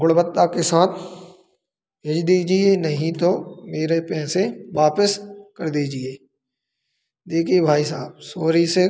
गुणवत्ता के साथ भेज दीजिए नहीं तो मेरे पैसे वापिस कर दीजिए देखिए भाई साहब सॉरी से